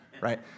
right